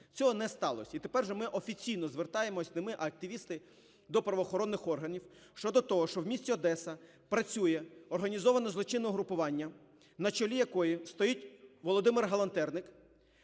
цього не сталося. І тепер вже ми офіційно звертаємося – не ми, а активісти до правоохоронних органів щодо того, що в місті Одеса працює організоване злочинне угруповання, на чолі якого стоїть Володимир Галантерник.